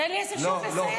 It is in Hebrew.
תן לי עשר שניות לסיים.